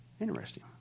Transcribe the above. Interesting